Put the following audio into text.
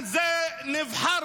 על זה נבחרנו.